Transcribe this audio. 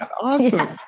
Awesome